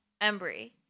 Embry